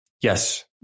Yes